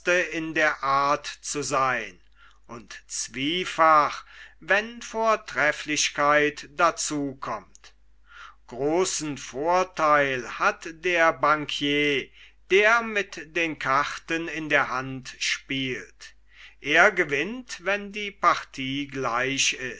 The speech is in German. in ihre hände zu legen und zwiefach wenn vortrefflichkeit dazu kommt großen vortheil hat der banquier der mit den karten in der hand spielt er gewinnt wenn die partie gleich